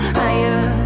higher